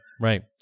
Right